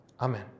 amen